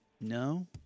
No